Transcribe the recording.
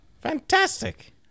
fantastic